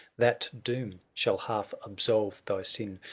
that doom shall half absolve thy sin,